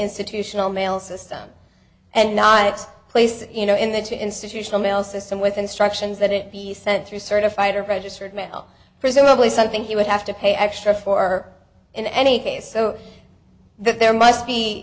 institutional mail system and not its place you know in the institutional mail system with instructions that it be sent through certified registered mail presumably something he would have to pay extra for in any case so that there must be